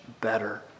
better